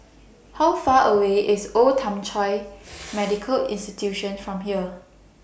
How Far away IS Old Thong Chai Medical Institution from here